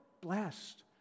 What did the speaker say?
blessed